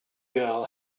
girl